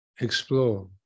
explore